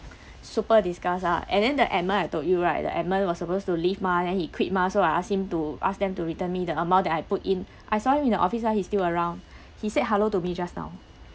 super disgust ah and then the edmund I told you right the edmund was supposed to leave mah then he quit mah so I asked him to ask them to return me the amount that I put in I saw him in the office now he's still around he said hello to me just now